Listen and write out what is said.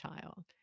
child